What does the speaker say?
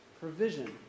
provision